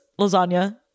lasagna